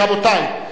רבותי,